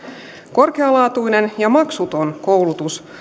korkealaatuinen ja maksuton koulutus